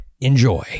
enjoy